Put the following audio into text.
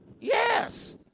Yes